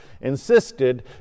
insisted